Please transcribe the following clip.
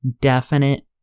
definite